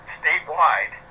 statewide